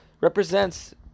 represents